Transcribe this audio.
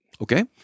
Okay